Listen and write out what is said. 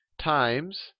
times